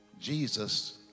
Jesus